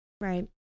Right